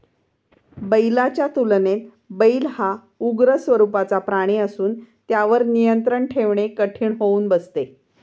बैलाच्या तुलनेत बैल हा उग्र स्वरूपाचा प्राणी असून त्यावर नियंत्रण ठेवणे कठीण होऊन बसते